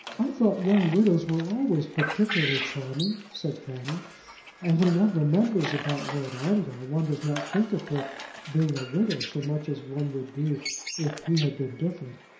i thought young widows were always particularly charming, said fanny and when one remembers about lord ongar one does not think of her being a widow so much as one would do if he had been different.